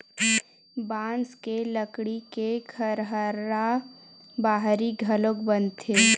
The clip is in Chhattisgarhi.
बांस के लकड़ी के खरहारा बाहरी घलोक बनथे